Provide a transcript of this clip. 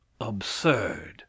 absurd